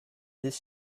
this